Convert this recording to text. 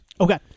Okay